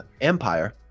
Empire